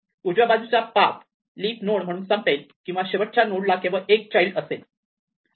उजव्या बाजूच्या path leaf node म्हणून संपेल किंवा शेवटच्या नोडला केवळ एक चाइल्ड असेल